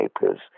papers